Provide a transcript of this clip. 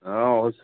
हँ ओ